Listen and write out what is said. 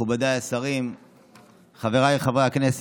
לתקנון